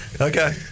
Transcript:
Okay